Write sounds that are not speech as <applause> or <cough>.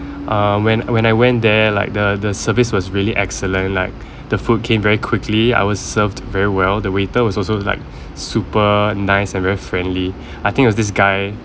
um when when I went there like the the service was really excellent like <breath> the food came very quickly I was served very well the waiter was also like super nice and very friendly <breath> I think it was this guy